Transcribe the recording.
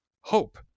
hope